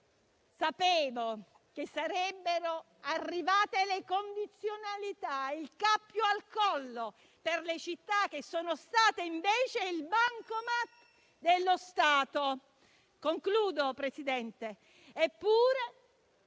sapevo che sarebbero arrivate le condizionalità, il cappio al collo per le città che sono state invece il bancomat dello Stato. La sottosegretaria